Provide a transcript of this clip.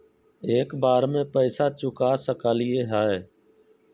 एक बार में पैसा चुका सकालिए है?